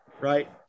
right